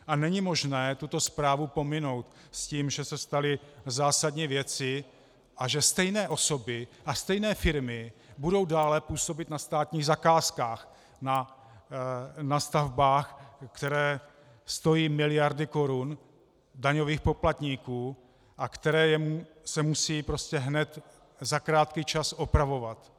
A není možné tuto zprávu pominout s tím, že se staly zásadní věci a že stejné osoby a stejné firmy budou dále působit na státních zakázkách, na stavbách, které stojí miliardy korun daňových poplatníků a které se musí hned za krátký čas opravovat.